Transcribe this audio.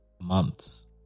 months